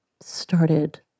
started